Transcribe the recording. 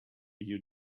you